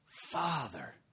Father